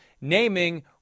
naming